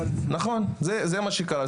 זה מה שקרה.